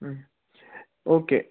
હં ઓકે